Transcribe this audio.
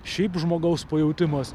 šiaip žmogaus pajautimas